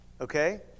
Okay